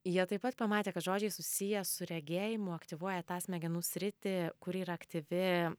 jie taip pat pamatė kad žodžiai susiję su regėjimu aktyvuoja tą smegenų sritį kuri yra aktyvi